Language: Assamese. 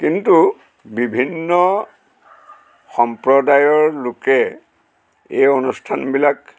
কিন্তু বিভিন্ন সম্প্ৰদায়ৰ লোকে এই অনুষ্ঠানবিলাক